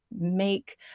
make